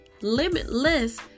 limitless